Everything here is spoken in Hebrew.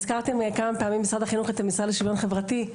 הזכרתם כמה פעמים את המשרד לשוויון חברתי,